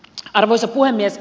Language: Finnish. arvoisa puhemies